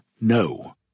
no